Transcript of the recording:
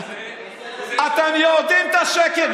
אתם יודעים את השקר.